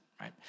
right